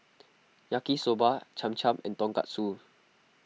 Yaki Soba Cham Cham and Tonkatsu